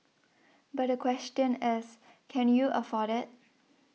but the question is can you afford it